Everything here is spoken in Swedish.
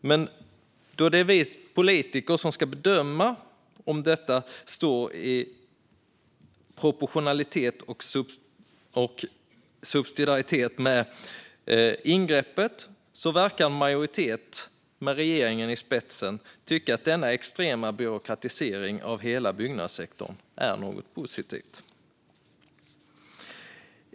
Det är vi politiker som ska bedöma proportionalitet och subsidiaritet gällande ingreppet, men en majoritet, med regeringen i spetsen, verkar tycka att denna extrema byråkratisering av hela byggnadssektorn är något positivt.